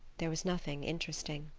there was nothing interesting.